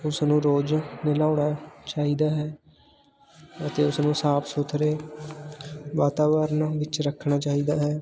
ਉਸ ਨੂੰ ਰੋਜ਼ ਨਲਾਉਣਾ ਚਾਹੀਦਾ ਹੈ ਅਤੇ ਉਸਨੂੰ ਸਾਫ ਸੁਥਰੇ ਵਾਤਾਵਰਨ ਵਿੱਚ ਰੱਖਣਾ ਚਾਹੀਦਾ ਹੈ